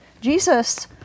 Jesus